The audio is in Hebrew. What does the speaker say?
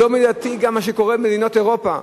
הוא לא מידתי גם עם מה שקורה במדינות אירופה.